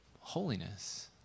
Holiness